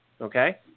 Okay